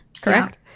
correct